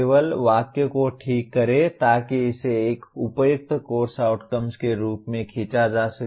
केवल वाक्य को ठीक करें ताकि इसे एक उपयुक्त कोर्स आउटकम्स के रूप में खींचा जा सके